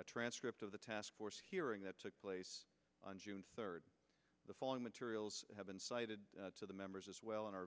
a transcript of the taskforce hearing that took place on june third the following materials have been cited to the members as well and are